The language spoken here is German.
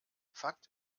fakt